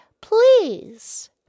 please